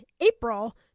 April